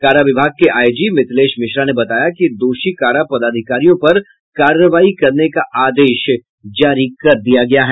कारा विभाग के आईजी मिथिलेश मिश्रा ने बताया कि दोषी कारा पदाधिकारियों पर कार्रवाई करने का आदेश जारी कर दिया गया है